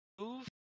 move